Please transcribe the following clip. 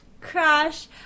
Crash